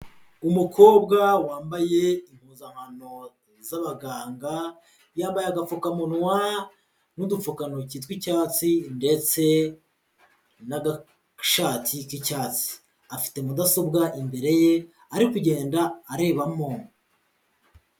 Umukobwa wambaye impuzankano z'abaganga, yambaye agapfukamunwa n'udupfukantoki tw'icyatsi ndetse n'agashati k'icyatsi, afite Mudasobwa imbere ye ari kugenda arebamo.